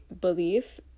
belief